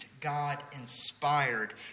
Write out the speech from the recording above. God-inspired